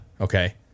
Okay